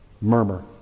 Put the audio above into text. Murmur